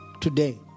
today